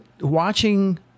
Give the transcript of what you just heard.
watching